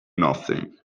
nothing